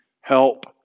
help